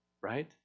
right